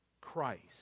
Christ